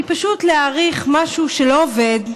היא פשוט להאריך משהו שלא עובד,